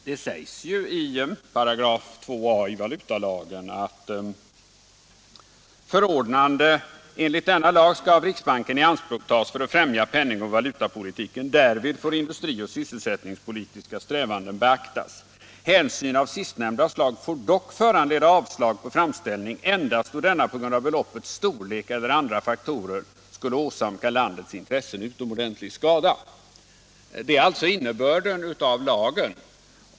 Det sägs ju i 2a§ valutalagen: ”Förordnande enligt denna lag skall av riksbanken ianspråktagas för att främja penningoch valutapolitiken. Därvid får industrioch sysselsättningspolitiska strävanden beaktas. Hänsyn av sistnämnda slag får dock föranleda avslag på framställning endast då denna på grund av beloppets storlek eller andra faktorer skulle åsamka landets intressen utomordentlig skada.” Detta är alltså innebörden av lagen.